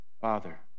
Father